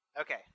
Okay